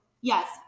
yes